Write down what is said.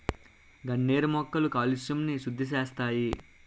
గన్నేరు మొక్కలు కాలుష్యంని సుద్దిసేస్తాయి